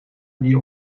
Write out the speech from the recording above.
die